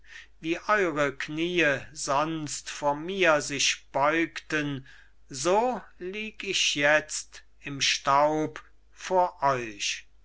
wie eure kniee sonst vor mir sich beugten so lieg ich jetzt im staub vor euch